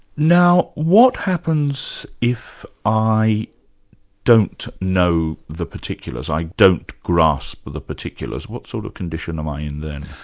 now what happens if i don't know the particulars, i don't grasp the particulars, what sort of condition am i in then?